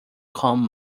come